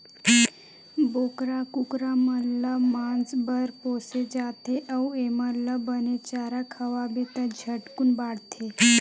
बोकरा, कुकरा मन ल मांस बर पोसे जाथे अउ एमन ल बने चारा खवाबे त झटकुन बाड़थे